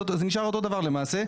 זה נשאר אותו דבר למעשה,